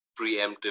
preemptive